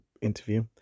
interview